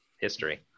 history